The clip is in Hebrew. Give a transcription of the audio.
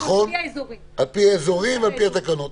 על פי האזורים ועל פי התקנות.